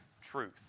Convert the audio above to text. truth